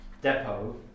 depot